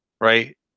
right